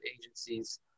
agencies